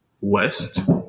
West